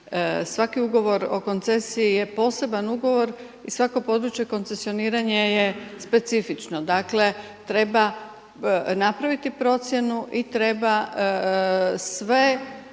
svaki ugovor o koncesiji je poseban ugovor i svako područje koncesioniranje je specifično. Dakle treba napraviti procjenu i treba sve